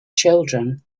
children